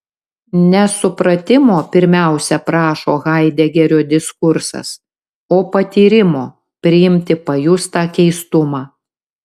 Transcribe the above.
ne supratimo pirmiausia prašo haidegerio diskursas o patyrimo priimti pajustą keistumą